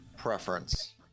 Preference